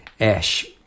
Ash